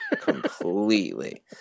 completely